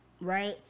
Right